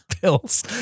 pills